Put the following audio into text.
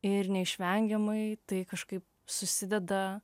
ir neišvengiamai tai kažkaip susideda